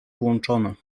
włączone